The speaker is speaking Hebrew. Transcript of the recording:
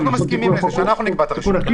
אנחנו מסכימים לזה, אנחנו נקבע את הרשימות.